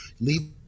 Leave